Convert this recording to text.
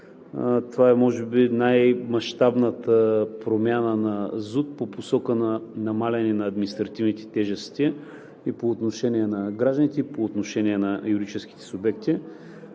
Това е може би най-мащабната промяна на ЗУТ по посока на намаляване на административните тежести – и по отношение на гражданите, и по отношение на юридическите субекти,